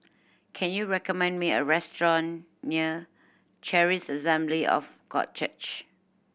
can you recommend me a restaurant near Charis Assembly of God Church